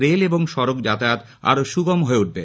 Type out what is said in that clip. rail এবং সড়ক যাতায়ত আরও সুগম হয়ে উঠবে